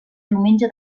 diumenge